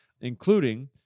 including